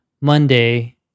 Monday